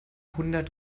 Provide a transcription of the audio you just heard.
hundert